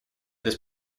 this